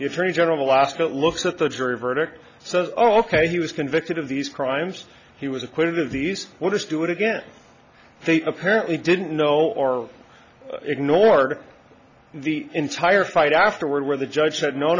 the attorney general the last that looks at the jury verdict says oh ok he was convicted of these crimes he was acquitted of these will this do it again they apparently didn't know or ignored the entire fight afterward where the judge said no